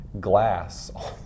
glass